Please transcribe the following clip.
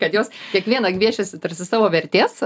kad jos kiekviena gviešiasi tarsi savo vertės